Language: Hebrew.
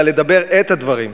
אלא לדבר את הדברים,